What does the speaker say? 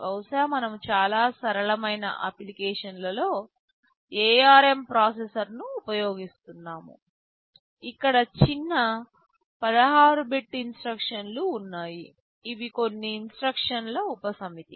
బహుశా మనము చాలా సరళమైన అప్లికేషన్ లో ARM ప్రాసెసర్ను ఉపయోగిస్తున్నాము ఇక్కడ చిన్న 16 బిట్ ఇన్స్ట్రక్షన్ లు ఉన్నాయి ఇవి కొన్ని ఇన్స్ట్రక్షన్ ఉపసమితి